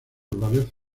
ballets